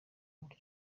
buryo